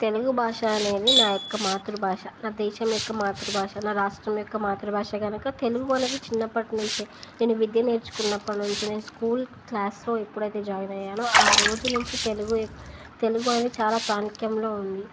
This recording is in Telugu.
తెలుగు భాష అనేది నా యొక్క మాతృభాష నా దేశం యొక్క మాతృభాష నా రాష్ట్రం యొక్క మాతృభాష కనుక తెలుగు అనేది చిన్నప్పటి నుంచే నేను విద్య నేర్చుకున్నప్పటి నుంచి నేను స్కూల్ క్లాస్లో ఎప్పుడైతే జాయిన్ అయ్యాను ఆ రోజు నుంచి తెలుగు తెలుగు అనేది చాలా ప్రాణఖ్యంలో ఉంది